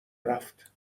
رفت